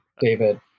David